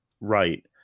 right